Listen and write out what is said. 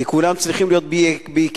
כי כולם צריכים להיות ב"איקאה",